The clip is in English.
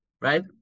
right